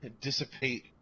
Dissipate